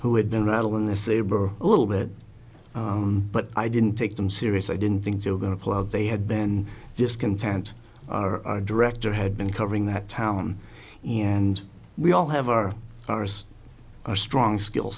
who had been rattling the saber a little bit but i didn't take them serious i didn't think they were going to pull out they had been discontent our director had been covering that town and we all have our cars are strong skill